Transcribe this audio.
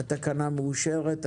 הצבעה התקנה אושרה התקנה מאושרת.